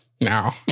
now